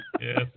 Yes